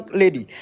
lady